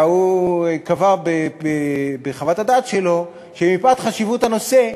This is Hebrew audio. והוא קבע בחוות הדעת שלו שמפאת חשיבות הנושא,